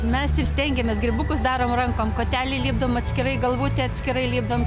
mes ir stengiamės grybukus darom rankom kotelį lipdom atskirai galvutė atskirai lipdom